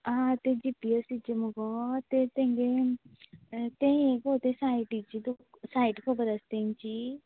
आ तें G P S C चें मगो तें तेंगे तें हें गो तें सायटीचें सायट खबर आसा तेंची